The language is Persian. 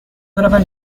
بروم